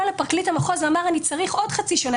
לפרקליט המחוז ואמר: "אני צריך עוד חצי שנה",